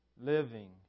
living